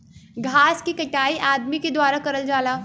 घास के कटाई अदमी के द्वारा करल जाला